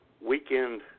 weekend